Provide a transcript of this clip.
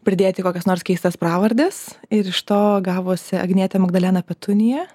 pridėti kokias nors keistas pravardes ir iš to gavosi agnietė magdalena petunija